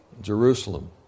Jerusalem